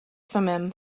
thummim